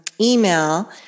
email